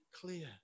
clear